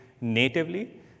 natively